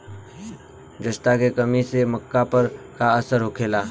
जस्ता के कमी से मक्का पर का असर होखेला?